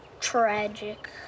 Tragic